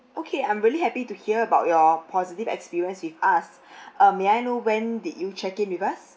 okay I'm really happy to hear about your positive experience with us uh may I know when did you check in with us